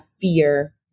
fear